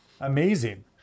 Amazing